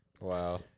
Wow